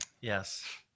Yes